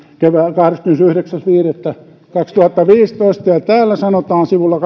kahdeskymmenesyhdeksäs viidettä kaksituhattaviisitoista ja täällä sivulla